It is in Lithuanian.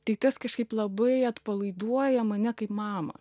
tai tas kažkaip labai atpalaiduoja mane kaip mamą